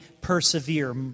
persevere